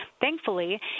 thankfully